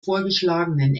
vorgeschlagenen